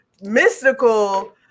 Mystical